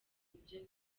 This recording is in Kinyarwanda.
n’ibyo